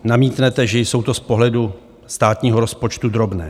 Namítnete, že jsou to z pohledu státního rozpočtu drobné.